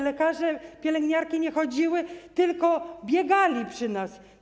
Lekarze i pielęgniarki nie chodzili, tylko biegali przy nas.